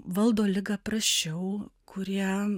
valdo ligą prasčiau kurie